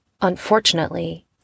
Unfortunately